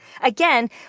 again